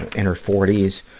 in her forty s.